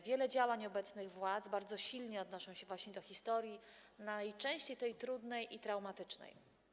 Wiele działań obecnych władz bardzo silnie odnosi się właśnie do historii, najczęściej tej trudnej i traumatycznej.